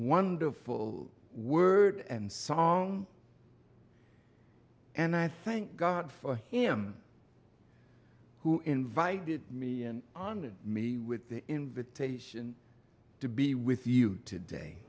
wonderful word and song and i thank god for him who invited me on to me with the invitation to be with you today